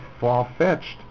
far-fetched